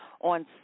on